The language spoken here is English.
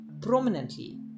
prominently